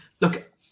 look